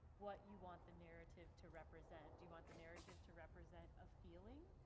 what you want the narrative to represent, do you want the narrative to represent a feeling?